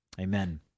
Amen